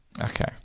Okay